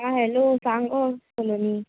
आं हॅलो सांग गो सलोनी